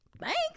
thanks